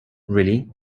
really